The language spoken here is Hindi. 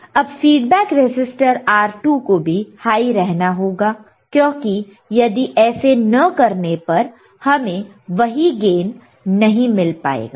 अब फीडबैक रजिस्टर R2 को भी हाई रहना होगा क्योंकि यदि ऐसे न करने पर हमें वही गेन नहीं मिल पाएगा